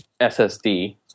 SSD